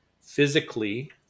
physically